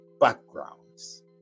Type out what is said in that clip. backgrounds